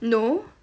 no